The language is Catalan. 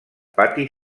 pati